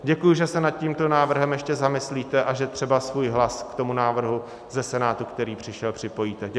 Děkuji, že se nad tímto návrhem ještě zamyslíte a že třeba svůj hlas tomu návrhu ze Senátu, který přišel, připojíte.